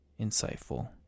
insightful